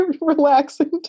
relaxing